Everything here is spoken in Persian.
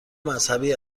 مذهبی